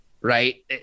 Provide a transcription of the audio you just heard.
right